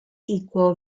equal